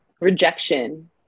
rejection